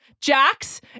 Jax